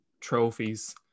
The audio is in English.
trophies